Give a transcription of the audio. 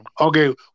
Okay